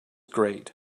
great